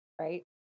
Right